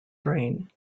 brain